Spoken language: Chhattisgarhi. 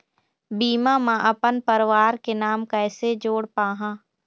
बीमा म अपन परवार के नाम कैसे जोड़ पाहां?